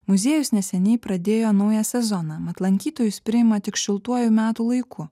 muziejus neseniai pradėjo naują sezoną mat lankytojus priima tik šiltuoju metų laiku